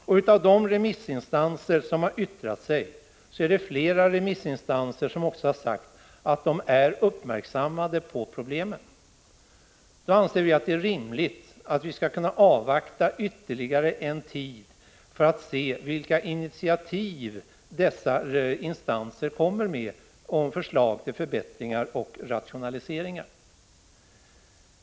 Flera av de remissinstanser som har yttrat sig har sagt att de är uppmärksamma på problemen. Då anser vi att det är rimligt att avvakta ytterligare en tid för att se vilka initiativ dessa instanser tar till förbättringar och rationaliseringar.